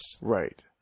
Right